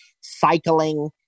cycling